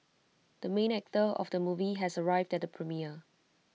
the main actor of the movie has arrived at the premiere